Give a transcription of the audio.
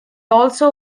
also